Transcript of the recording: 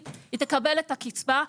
תקבל את הקצבה,